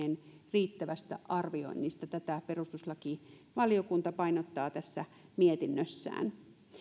riittävästä arvioinnista tätä perustuslakivaliokunta painottaa tässä mietinnössään